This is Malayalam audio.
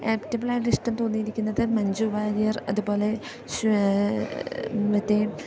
ആപ്റ്റബിൾ ആയിട്ട് ഇഷ്ടം തോന്നിയിരിക്കുന്നത് മഞ്ചു വാര്യർ അതുപോലെ മറ്റേ